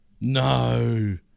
no